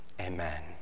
Amen